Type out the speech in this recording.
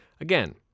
Again